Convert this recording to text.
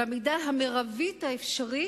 במידה המרבית האפשרית,